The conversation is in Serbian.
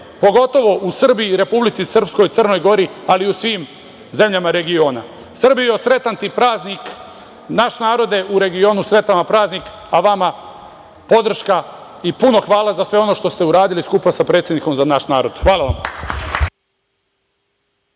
pogotovo u Srbiji, Republici Srpskoj, Crnoj Gori, ali i u svim zemljama regiona. Srbijo, sretan ti praznik. Naš narode u regionu, sretan vam praznik, a vama podrška i puno hvala za sve ono što ste uradili skupa sa predsednikom za naš narod. Hvala vam.